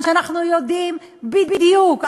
שאנחנו יודעים בדיוק,